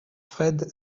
fred